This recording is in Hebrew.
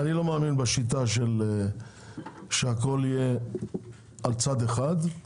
אני לא מאמין בשיטה שהכול יהיה על צד אחד.